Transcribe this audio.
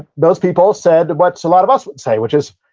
most people said what a lot of us would say, which is,